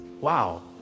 wow